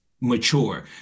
mature